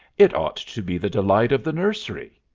it ought to be the delight of the nursery.